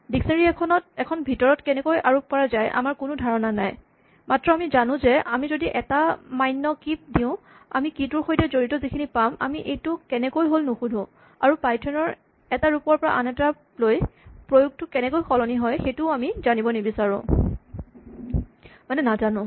dictionary এখন ভিতৰত কেনেকৈ আৰোপ কৰা যায় আমাৰ কোনো ধাৰণা নাই মাত্ৰ আমি জানো যে আমি যদি এটা মান্য কী দিওঁ আমি কী টোৰ সৈতে জড়িত খিনি পাম আমি এইটো কেনেকৈ হ'ল নুসুধো আৰু পাইথন ৰ এটা ৰূপৰ পৰা আন এটালৈ প্ৰয়োগটো কেনেকৈ সলনি হয় সেইটোও আমি নাজানোঁ